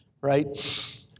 right